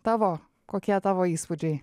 tavo kokie tavo įspūdžiai